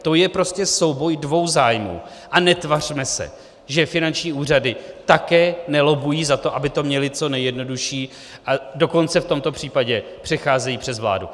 To je prostě souboj dvou zájmů a netvařme se, že finanční úřady také nelobbují za to, aby to měly co nejjednodušší, a dokonce v tomto případě přecházejí přes vládu.